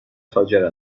تاجر